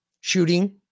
shooting